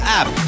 app